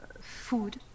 food